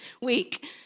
week